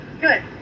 Good